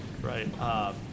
right